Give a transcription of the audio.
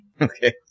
Okay